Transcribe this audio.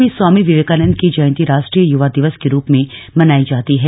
देश में स्वामी विवेकानंद की जयंती राष्ट्रीय युवा दिवस के रूप में मनाई जाती है